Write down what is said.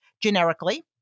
generically